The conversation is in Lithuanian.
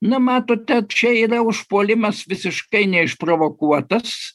na matote čia yra užpuolimas visiškai neišprovokuotas